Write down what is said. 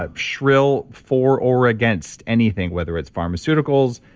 ah shrill for or against anything, whether it's pharmaceuticals,